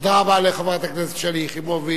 תודה רבה לחברת הכנסת שלי יחימוביץ.